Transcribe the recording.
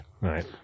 Right